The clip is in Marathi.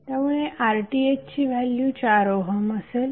त्यामुळे RTh ची व्हॅल्यू 4 ओहम असेल